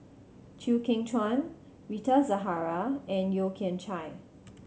Chew Kheng Chuan Rita Zahara and Yeo Kian Chai